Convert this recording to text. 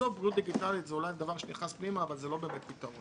בסוף בריאות דיגיטלית זה אולי דבר שנכנס פנימה אבל הוא לא באמת פתרון.